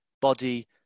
body